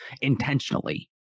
intentionally